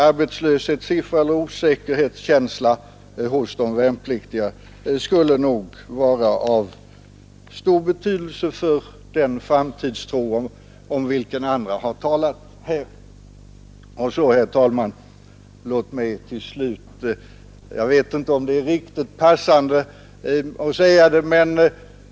Att minska osäkerhetskänslan hos de värnpliktiga skulle ha stor betydelse för den framtidstro om vilken många har talat här tidigare i dag.